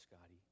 Scotty